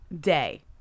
day